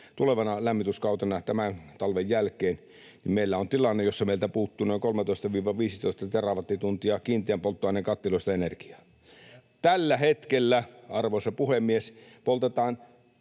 tulevana lämmityskautena, tämän talven jälkeen, meillä on tilanne, jossa meiltä puuttuu noin 13—15 terawattituntia energiaa kiinteän polttoaineen kattiloista. [Tuomas Kettunen: Jep!] Tällä hetkellä, arvoisa puhemies, poltetaan